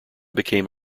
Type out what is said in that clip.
became